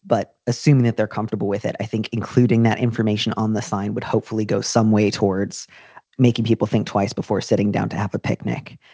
but assuming that they're comfortable with it, i think including that information on the sign would hopefully go some way towards making people think twice before sitting down to have a picnic.